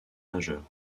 nageur